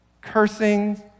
cursing